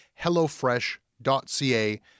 hellofresh.ca